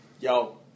Yo